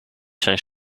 zijn